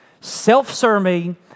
self-serving